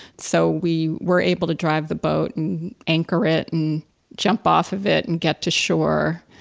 so, we were able to drive the boat and anchor it and jump off of it and get to shore.